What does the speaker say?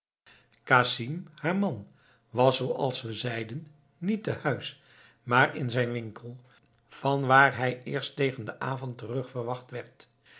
casim haar man was zooals we zeiden niet te huis maar in zijn winkel vanwaar hij eerst tegen den avond terug verwacht werd